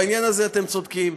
בעניין הזה אתם צודקים.